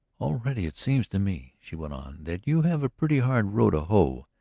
already it seems to me, she went on, that you have a pretty hard row to hoe.